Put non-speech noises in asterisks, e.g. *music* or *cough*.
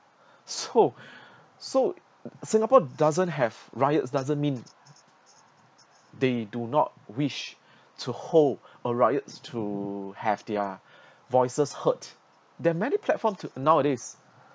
so *laughs* so *noise* singapore doesn't have riots doesn't mean they do not wish to hold a riots to have their voices heard there're many platform to nowadays